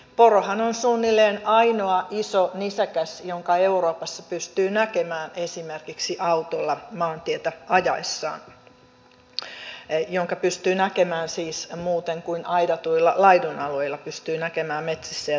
porohan on suunnilleen ainoa iso nisäkäs jonka euroopassa pystyy näkemään esimerkiksi autolla maantietä ajaessaan ja jonka pystyy näkemään siis muuten kuin aidatuilla laidunalueilla pystyy näkemään metsissä ja tienvarsilla